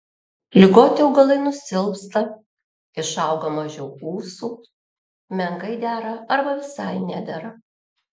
ligoti augalai nusilpsta išauga mažiau ūsų menkai dera arba visai nedera